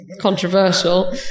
controversial